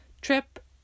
trip